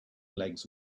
legs